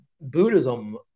Buddhism